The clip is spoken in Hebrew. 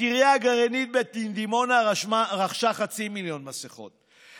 הקריה הגרעינית בדימונה רכשה חצי מיליון מסכות,